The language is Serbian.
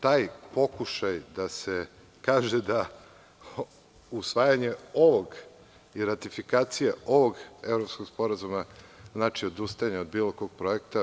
Taj pokušaj da se kaže da usvajanje ovog i ratifikacija ovog evropskog sporazuma znači odustajanje od bilo kog projekta.